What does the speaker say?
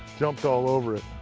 jumped all over it.